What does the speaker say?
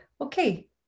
Okay